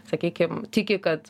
sakykim tiki kad